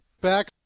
back